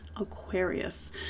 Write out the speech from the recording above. Aquarius